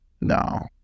No